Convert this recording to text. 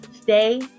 stay